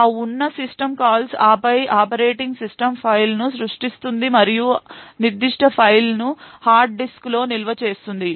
ఆ ఉన్న system calls ఆపై ఆపరేటింగ్ సిస్టమ్ ఫైల్ను సృష్టిస్తుంది మరియు నిర్దిష్ట ఫైల్ను హార్డ్ డిస్క్లో నిల్వ చేస్తుంది